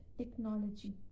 technology